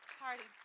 party